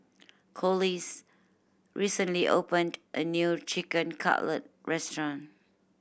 Corliss recently opened a new Chicken Cutlet Restaurant